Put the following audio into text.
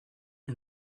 and